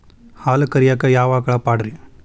ಹಾಲು ಕರಿಯಾಕ ಯಾವ ಆಕಳ ಪಾಡ್ರೇ?